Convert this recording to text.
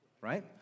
right